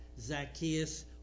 Zacchaeus